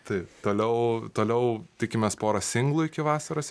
taip toliau toliau tikimės porą singlų iki vasaros